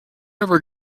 ever